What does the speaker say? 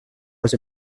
was